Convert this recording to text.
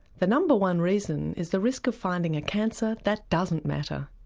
the number one reason is the risk of finding a cancer that doesn't matter.